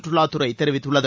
கற்றுலாத்துறை தெரிவித்துள்ளது